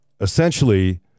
essentially